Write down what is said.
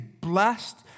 blessed